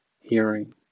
hearing